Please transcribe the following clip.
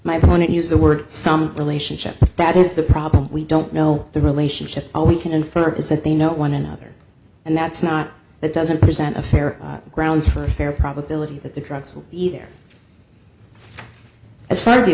opponent used the word some relationship that is the problem we don't know the relationship all we can infer is that they know one another and that's not that doesn't present a fair grounds for a fair probability that the drugs will be there as far as the